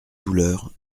douleurs